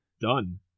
done